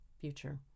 future